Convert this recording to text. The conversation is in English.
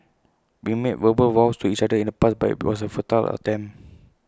we made verbal vows to each other in the past but IT was A futile attempt